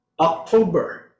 October